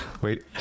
wait